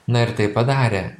na ir tai padarė